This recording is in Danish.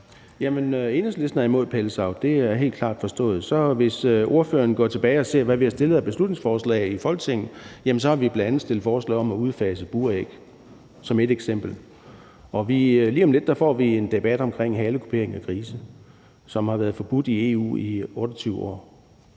Enhedslisten er imod pelsdyravl. Det er helt klart forstået. Hvis ordføreren går tilbage og ser, hvad vi har fremsat af beslutningsforslag i Folketinget, har vi bl.a. som ét eksempel fremsat forslag om at udfase buræg. Og lige om lidt får vi en debat om halekupering af grise, som har været forbudt i EU i 28 år.